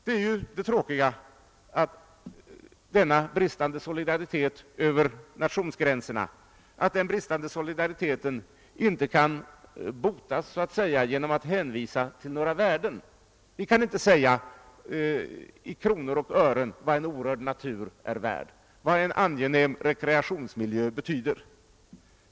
Det tråkiga är ju att denna bristande solidaritet över nationsgränserna inte kan botas så att säga genom hänvisning till några värden. Vi kan inte ange i kronor och ören vad en orörd natur är värd, vad en angenäm rekreationsmiljö betyder.